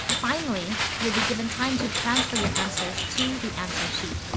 finally, you'll be given time to transfer your answers to the answer sheet.